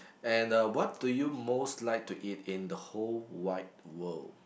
and uh what do you most like to eat in the whole wide world